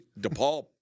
DePaul